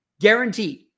guaranteed